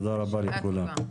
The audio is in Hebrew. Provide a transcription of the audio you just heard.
תודה רבה לכולם.